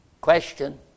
question